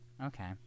okay